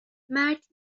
مردی